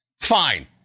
fine